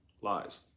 lies